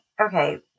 Okay